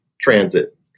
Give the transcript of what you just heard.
transit